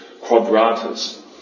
Quadratus